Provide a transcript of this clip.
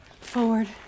Forward